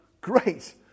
Great